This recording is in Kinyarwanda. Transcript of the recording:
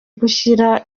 gushyira